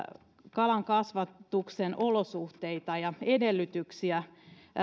kalankasvatuksen olosuhteita ja edellytyksiä